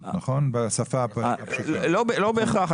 לא בהכרח.